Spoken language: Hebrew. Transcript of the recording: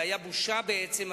זה היה בושה בעצם,